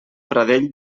pradell